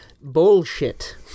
Bullshit